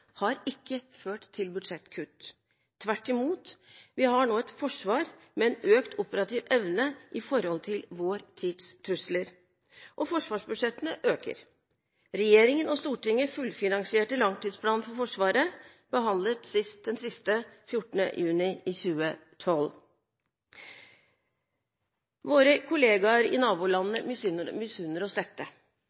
har ikke ført til budsjettkutt. Tvert imot – vi har nå et forsvar med en økt operativ evne i forhold til vår tids trusler, og forsvarsbudsjettene øker. Regjeringen og Stortinget fullfinansierte langtidsplan for Forsvaret, og behandlet den siste den 14. juni i 2012. Våre kolleger i nabolandene misunner oss dette.